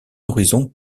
horizon